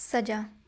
ਸਜ਼ਾ